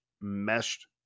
meshed